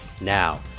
Now